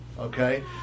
okay